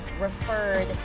referred